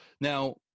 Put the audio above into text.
Now